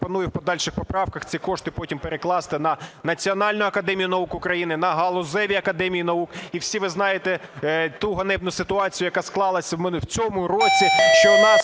пропоную в подальших поправках ці кошти потім перекласти на Національну академію наук України, на галузеві академії наук. І всі ви знаєте ту ганебну ситуацію, яка склалась в цьому році,